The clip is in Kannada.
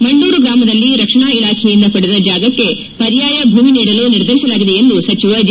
ಮಂಡೂರು ಗ್ರಾಮದಲ್ಲಿ ರಕ್ಷಣಾ ಇಲಾಖೆಯಿಂದ ಪಡೆದ ಜಾಗಕ್ಕೆ ಪರ್ಯಾಯ ಭೂಮಿ ನೀಡಲು ನಿರ್ಧರಿಸಲಾಗಿದೆ ಎಂದು ಸಚಿವ ಜೆ